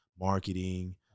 marketing